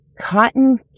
cotton